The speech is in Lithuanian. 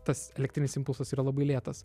tas elektrinis impulsas yra labai lėtas